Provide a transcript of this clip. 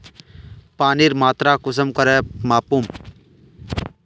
पानीर मात्रा कुंसम करे मापुम?